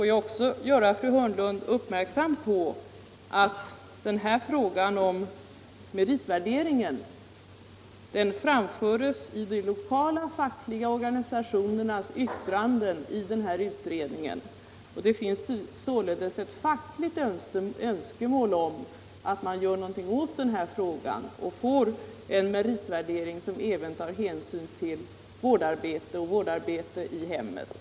Jag får också göra fru Hörnlund uppmärksam på att frågan om meritvärdering framförts i de lokala fackliga organisationernas yttranden i den nämnda utredningen. Det finns således ett fackligt önskemål att göra något åt saken och åstadkomma en meritvärdering som även tar hänsyn till vårdarbete i hemmet.